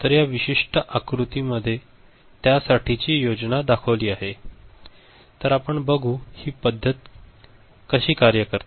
तर या विशिष्ठ आकृती मध्ये त्यासाठीची योजना दाखवली आहे तर आपण बघू हि पद्धत कशी कार्य करते